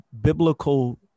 biblical